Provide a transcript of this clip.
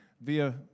via